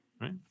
Right